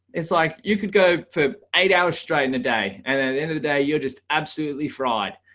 it's like you could go for eight hours straight in a day. and at the end of the day, you're just absolutely fried.